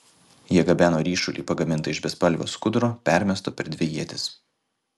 jie gabeno ryšulį pagamintą iš bespalvio skuduro permesto per dvi ietis